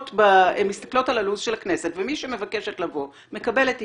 הן מסתכלות על הלו"ז של הכנסת ומי שמבקשת לבוא מקבלת אישור,